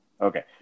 Okay